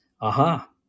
aha